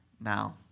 now